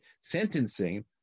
sentencing